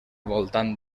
voltant